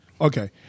Okay